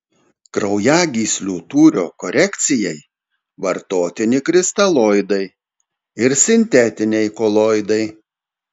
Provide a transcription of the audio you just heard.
kraujagyslių tūrio korekcijai vartotini kristaloidai ir sintetiniai koloidai